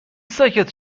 ساکت